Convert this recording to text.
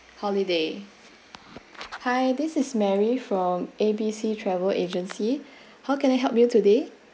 holiday hi this is mary from A B C travel agency how can I help you today